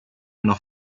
noch